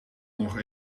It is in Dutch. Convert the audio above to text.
nog